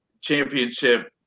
championship